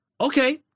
okay